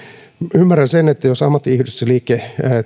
ymmärrän sen että ammattiyhdistysliike